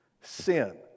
sin